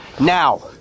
Now